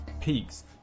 peaks